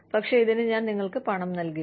പക്ഷേ ഇതിന് ഞാൻ നിങ്ങൾക്ക് പണം നൽകില്ല